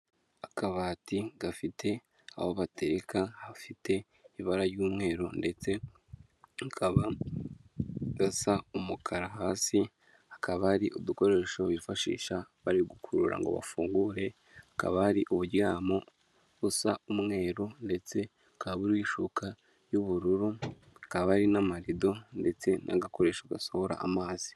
Akabati gafite aho batekareka hafite ibara ry'umweru ndetse kakaba gasa umukara hasi, hakaba hari udukoresho bifashisha bari gukurura ngo bafungure, hakaba hari uburyamo busa umweru ndetse bukaba biriho ishuka y'ubururu, hakaba hari n'amarido ndetse n'agakoresho gasohora amazi.